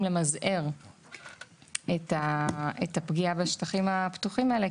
למזער את הפגיעה בשטחים הפתוחים האלה.